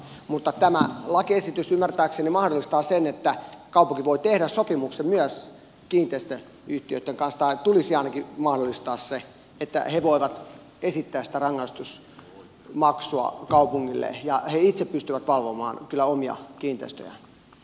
mutta tämä lakiesitys ymmärtääkseni mahdollistaa sen että kaupunki voi tehdä sopimuksen myös kiinteistöyhtiöitten kanssa tai tulisi ainakin mahdollistaa se että he voivat esittää sitä rangaistusmaksua kaupungille ja he itse pystyvät valvomaan kyllä omia kiinteistöjään